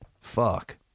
fuck